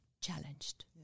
challenged